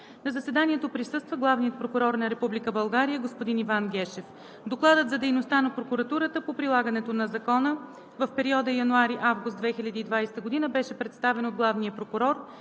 На заседанието присъства Главният прокурор на Република България – господин Иван Гешев. Докладът за дейността на прокуратурата по прилагането на закона в периода януари – август 2020 г. беше представен от главния прокурор,